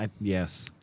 Yes